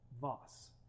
Voss